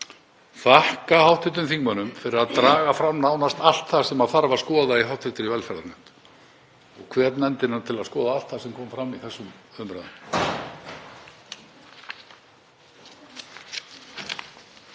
þakka hv. þingmönnum fyrir að draga fram nánast allt það sem þarf að skoða í hv. velferðarnefnd. Ég hvet nefndina til að skoða allt það sem kom fram í þessum umræðum.